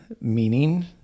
meaning